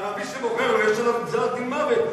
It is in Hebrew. ערבי שמוכר, הלוא יש עליו גזר-דין מוות.